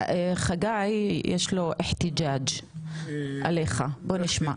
חגי יש לו "אחטי ג'ג'" עלייך, בוא נשמע.